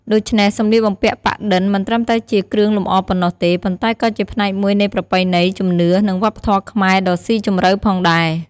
ដូច្នេះ សម្លៀកបំពាក់ប៉ាក់-ឌិន មិនត្រឹមតែជាគ្រឿងលម្អប៉ុណ្ណោះទេ ប៉ុន្តែក៏ជាផ្នែកមួយនៃប្រពៃណីជំនឿ និងវប្បធម៌ខ្មែរដ៏ស៊ីជម្រៅផងដែរ។